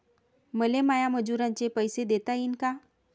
मले माया मजुराचे पैसे देता येईन का?